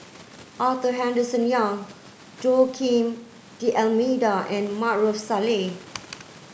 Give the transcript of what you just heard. Arthur Henderson Young Joaquim D'almeida and Maarof Salleh